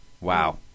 wow